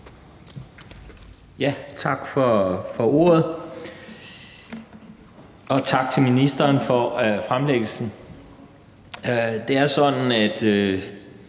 Tak for ordet, og tak til ministeren for fremlæggelsen. Det er sådan, at